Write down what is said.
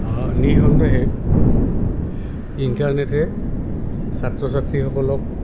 নিঃসন্দহে ইণ্টাৰনেটে ছাত্ৰ ছাত্ৰীসকলক